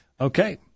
Okay